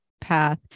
path